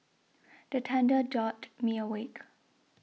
the thunder jolt me awake